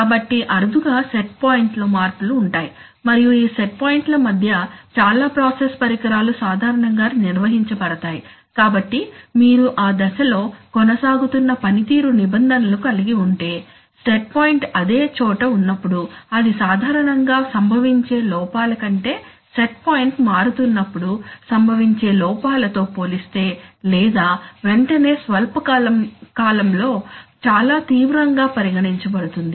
కాబట్టి అరుదుగా set point లో మార్పులు ఉంటాయి మరియు ఈ సెట్ పాయింట్ల మధ్య చాలా ప్రాసెస్ పరికరాలు సాధారణంగా నిర్వహించబడతాయి కాబట్టి మీరు ఆ దశ లో కొనసాగుతున్న పనితీరు నిబంధనలను కలిగి ఉంటే సెట్ పాయింట్ అదే చోట ఉన్నప్పుడు అది సాధారణంగా సంభవించే లోపాల కంటే సెట్ పాయింట్ మారుతునప్పుడు సంభవించే లోపాల తో పోలిస్తే లేదా వెంటనే స్వల్ప కలం లో చాలా తీవ్రంగా పరిగణించబడుతుంది